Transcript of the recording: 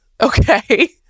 okay